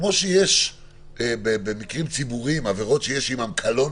שכמו שיש במקרים ציבוריים עבירות שיש אתן קלון,